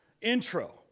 intro